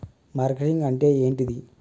Marketing అంటే ఏంటిది?